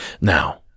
Now